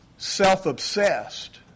self-obsessed